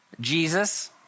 Jesus